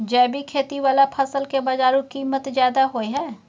जैविक खेती वाला फसल के बाजारू कीमत ज्यादा होय हय